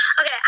Okay